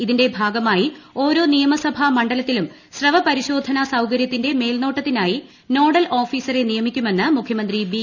ഇതിന്റെ ഭാഗമായി ഓരോ നിയമസഭാ മണ്ഡലത്തിലും സ്രവ പരിശോധന സൌകര്യത്തിന്റെ മേൽനോട്ടത്തിനായി നോഡൽ ഓഫീസറെ നിയമിക്കുമെന്ന് മുഖ്യമന്ത്രി ബി